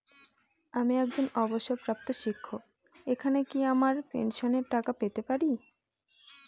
আমি একজন অবসরপ্রাপ্ত শিক্ষক এখানে কি আমার পেনশনের টাকা পেতে পারি?